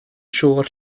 siŵr